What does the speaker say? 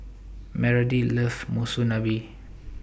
Meredith loves Monsunabe